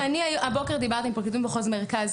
הבוקר דיברתי עם פרקליטות מחוז מרכז,